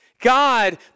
God